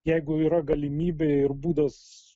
jeigu yra galimybė ir būdas